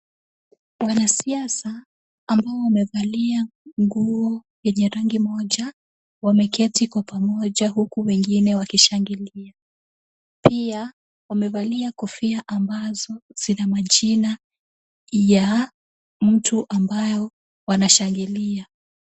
Wanasiasa ambao wamevalia nguo yenye rangi moja, wameketi kwa pamoja huku wengine wakishangilia. Pia wamevalia kofia ambazo zina majina ya mtu ambayo wanashangilia.